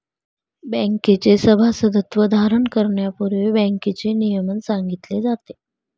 बँकेचे सभासदत्व धारण करण्यापूर्वी बँकेचे नियमन सांगितले जाते